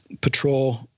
patrol